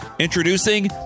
Introducing